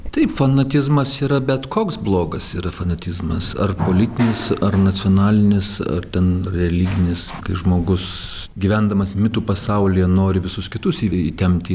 taip fanatizmas yra bet koks blogas yra fanatizmas ar politinis ar nacionalinis ar ten religinis kai žmogus gyvendamas mitų pasaulyje nori visus kitus įvei įtempti